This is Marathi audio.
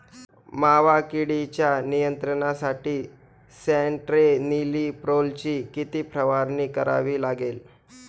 मावा किडीच्या नियंत्रणासाठी स्यान्ट्रेनिलीप्रोलची किती फवारणी करावी लागेल?